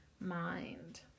mind